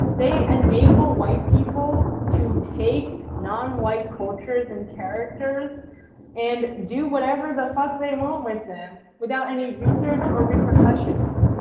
they enable white people to take non-white cultures and characters and do whatever the f ah ck they want with them without any research or repercussions.